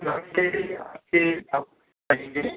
सबके आपके अप लगेंगे